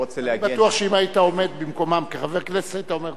אני בטוח שאם היית עומד במקומם כחבר הכנסת היית אומר את אותם דברים.